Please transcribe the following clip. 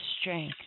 strength